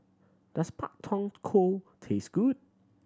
does Pak Thong Ko taste good